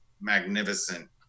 magnificent